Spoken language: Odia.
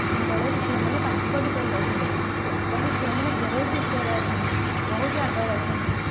ଆଗକାଳରେ ଝିଅମାନେ ପାଠ ପଢ଼ିପାରୁନଥିଲେ ଆଜିକାଲି ଝିଅମାନେ ବହୁତ ଉଚ୍ଚରେ ଅଛନ୍ତି ବହୁତ ଆଗରେ ଅଛନ୍ତି